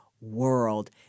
world